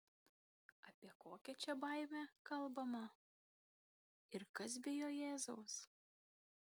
apie kokią baimę čia kalbama ir kas bijo jėzaus